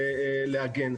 להגן.